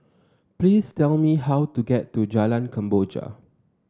please tell me how to get to Jalan Kemboja